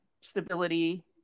stability